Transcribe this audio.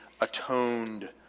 atoned